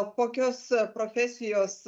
kokios profesijos